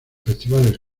festivales